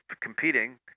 competing